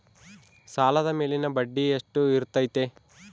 ಸಾಲದ ಮೇಲಿನ ಬಡ್ಡಿ ಎಷ್ಟು ಇರ್ತೈತೆ?